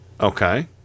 Okay